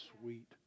Sweet